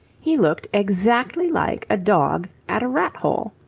he looked exactly like a dog at a rat-hole.